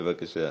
בבקשה.